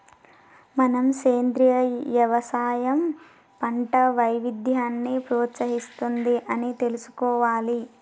మనం సెంద్రీయ యవసాయం పంట వైవిధ్యాన్ని ప్రోత్సహిస్తుంది అని తెలుసుకోవాలి